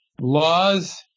laws